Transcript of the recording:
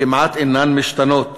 כמעט אינן משתנות,